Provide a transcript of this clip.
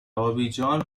آبیجان